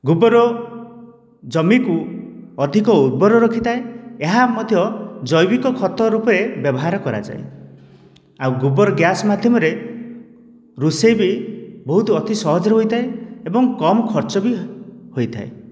ଗୋବର ଜମିକୁ ଅଧିକ ଉର୍ବର ରଖିଥାଏ ଏହା ମଧ୍ୟ ଜୈବିକ ଖତ ରୂପେ ବ୍ୟବହାର କରାଯାଏ ଆଉ ଗୋବର ଗ୍ୟାସ ମାଧ୍ୟମରେ ରୋଷେଇ ବି ବହୁତ ଅତି ସହଜରେ ହୋଇଥାଏ ଏବଂ କମ୍ ଖର୍ଚ୍ଚ ବି ହୋଇଥାଏ